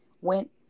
went